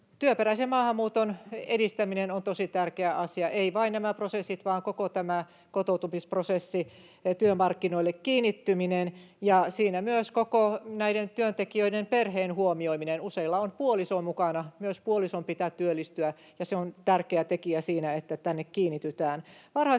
työperäisen maahanmuuton edistäminen on tosi tärkeä asia, eivät vain nämä prosessit, vaan koko tämä kotoutumisprosessi, työmarkkinoille kiinnittyminen, ja siinä myös näiden työntekijöiden koko perheen huomioiminen. Useilla on puoliso mukana. Myös puolison pitää työllistyä, ja se on tärkeä tekijä siinä, että tänne kiinnitytään.